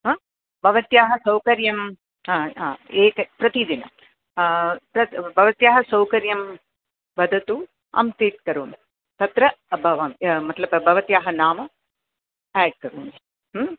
भवत्याः सौकर्यं एकं प्रतिदिनं तत् भवत्याः सौकर्यं वदतु अहं फीड् करोमि तत्र बव मत्लब् भवत्याः नाम एड् करोमि